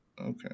okay